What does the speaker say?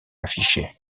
affichée